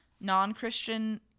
non-Christian